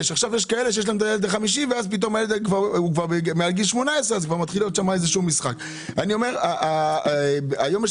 עכשיו יש כאלה שמגלים ואחד הילדים כבר מעל גיל 18. היום יש